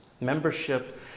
Membership